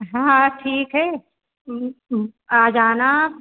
हाँ ठीक है आजाना